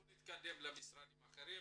נתקדם למשרדים האחרים.